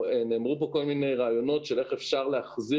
נאמרו כאן כל מיני רעיונות לגבי איך אפשר להחזיר